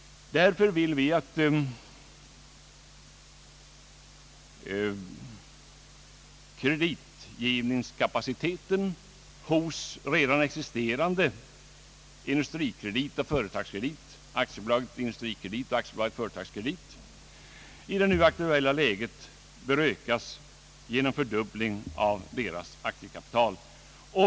Vi vill därför att kreditgivningskapaciteten hos redan existerande institut, nämligen AB Industrikredit och AB Företagskredit, i det aktuella läget skall ökas genom en fördubbling av aktiekapitalet.